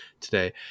today